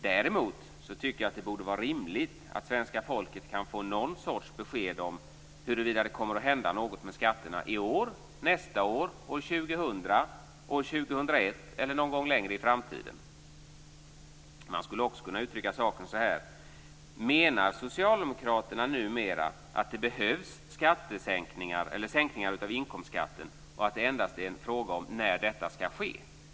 Däremot tycker jag att det borde vara rimligt att svenska folket kan få någon sorts besked om huruvida det kommer att hända något med skatterna i år, nästa år, år 2000, år 2001 eller någon gång ännu längre fram i tiden. Man skulle också kunna uttrycka saken så här: Menar socialdemokraterna numera att det behövs sänkningar av inkomstskatten och att det endast är en fråga om när detta skall ske?